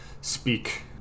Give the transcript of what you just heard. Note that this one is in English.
speak